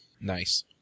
Nice